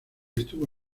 estuvo